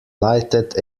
lighted